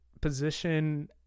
position